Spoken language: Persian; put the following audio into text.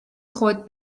خود